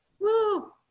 Woo